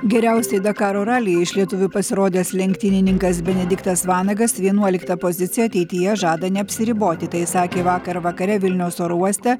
geriausiai dakaro ralyje iš lietuvių pasirodęs lenktynininkas benediktas vanagas vienuolikta poziciją ateityje žada neapsiriboti tai sakė vakar vakare vilniaus oro uoste